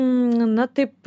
na taip